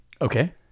okay